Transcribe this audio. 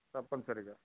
తప్పనిసరిగా